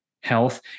health